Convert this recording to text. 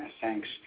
Thanks